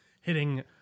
hitting